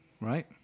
right